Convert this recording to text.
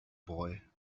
boy